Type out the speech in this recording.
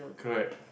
correct